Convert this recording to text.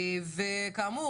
כאמור,